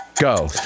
Go